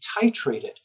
titrated